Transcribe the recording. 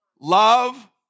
Love